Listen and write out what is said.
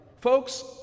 Folks